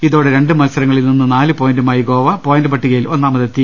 ഇതോടെ രണ്ട് മത്സര ങ്ങളിൽ നിന്ന് നാല് പോയിന്റുമായി ഗോവ പോയിന്റ് പട്ടികയിൽ ഒന്നാമതെത്തി